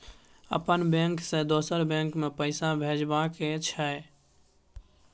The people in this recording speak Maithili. अपन बैंक से दोसर बैंक मे पैसा भेजबाक छै?